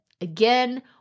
Again